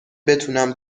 بتونم